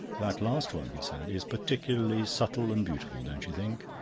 that last one, he said, is particularly subtle and beautiful, don't you think?